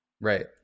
Right